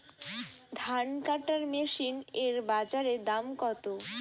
ধান কাটার মেশিন এর বাজারে দাম কতো?